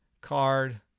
card